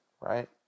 right